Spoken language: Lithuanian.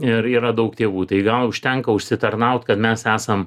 ir yra daug tėvų tai gal užtenka užsitarnaut kad mes esam